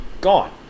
gone